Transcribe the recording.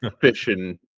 fishing